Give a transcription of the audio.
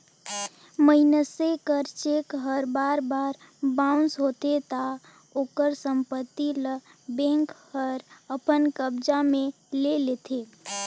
मइनसे कर चेक हर बार बार बाउंस होथे ता ओकर संपत्ति ल बेंक हर अपन कब्जा में ले लेथे